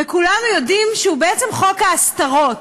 וכולנו יודעים שהוא בעצם חוק ההסתרות,